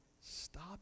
Stop